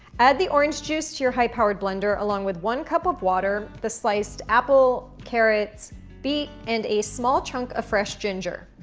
add the orange juice to your high powered blender along with one cup of water, water, the sliced apple, carrots, beet and a small chunk of fresh ginger.